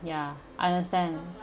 ya understand